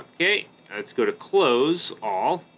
okay let's go to close all